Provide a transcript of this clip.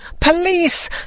Police